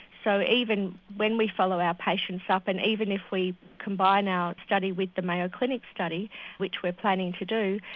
so even when we follow our patients up and even if we combine our study with the mayo clinic study which we're planning to do,